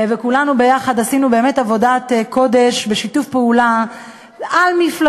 כולנו יחד עשינו באמת עבודת קודש בשיתוף פעולה על-מפלגתי.